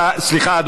סליחה,